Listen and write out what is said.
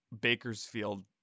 Bakersfield